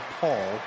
Paul